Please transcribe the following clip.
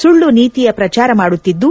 ಸುಳ್ಳು ನೀತಿಯ ಪ್ರಚಾರ ಮಾಡುತ್ತಿದ್ದು